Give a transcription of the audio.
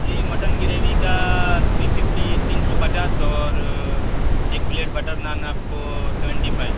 جی mutton gravy کا three fifty تین سو پچاس اور ایک پلیٹ بٹر نان آپ کو سیوینٹی فائی